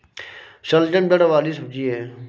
शलजम जड़ वाली सब्जी है